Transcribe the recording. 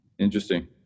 Interesting